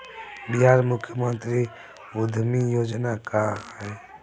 बिहार मुख्यमंत्री उद्यमी योजना का है?